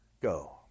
Go